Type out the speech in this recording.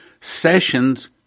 Sessions